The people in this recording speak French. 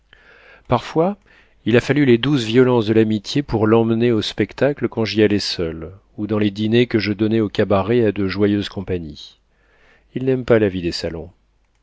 parfois il a fallu les douces violences de l'amitié pour l'emmener au spectacle quand j'y allais seul ou dans les dîners que je donnais au cabaret à de joyeuses compagnies il n'aime pas la vie des salons